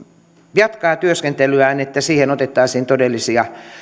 jatkaa työskentelyään siihen otettaisiin todellisia